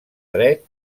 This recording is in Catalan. dret